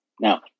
Now